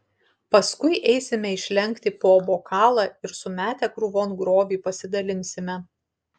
paskui eisime išlenkti po bokalą ir sumetę krūvon grobį pasidalinsime